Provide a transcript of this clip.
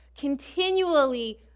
continually